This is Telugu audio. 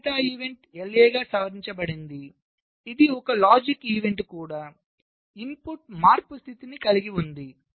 జాబితా ఈవెంట్ LA సవరించబడింది ఒక లాజిక్ ఈవెంట్ కూడా ఉంది ఇన్పుట్ మార్పు స్థితిని కలిగి ఉంది